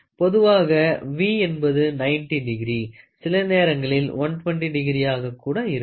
பொதுவாக V என்பது 90° சில நேரங்களில் 120° யாகக்கூட கிடைக்கும்